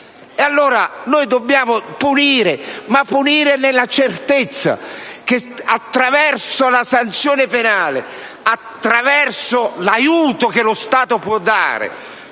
Noi dobbiamo punire, ma punire nella certezza che, attraverso la sanzione penale, attraverso l'aiuto che lo Stato può dare